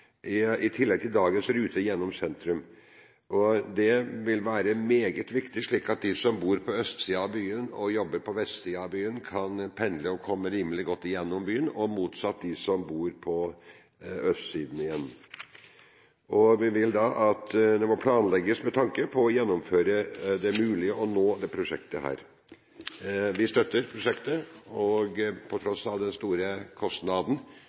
kollektivtransport i tillegg til dagens rute gjennom sentrum. Det vil være meget viktig, slik at de som bor på østsiden av byen og jobber på vestsiden, kan pendle og komme rimelig godt igjennom byen – og motsatt for dem som bor på østsiden. Det må planlegges med tanke på å gjøre det mulig å gjennomføre dette prosjektet. Vi støtter prosjektet, på tross av den store kostnaden.